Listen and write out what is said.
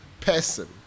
person